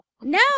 No